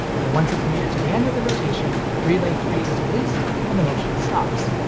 and once it's made it to the end of the rotation, relay three is released, and the motion stops.